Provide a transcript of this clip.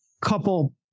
couple